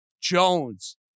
Jones